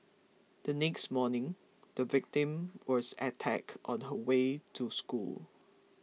the next morning the victim was attacked on her way to school